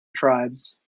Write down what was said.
tribes